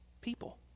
people